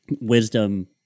wisdom